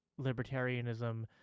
libertarianism